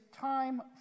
time